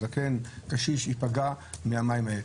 זקן קשיש יפגע מהמים האלה,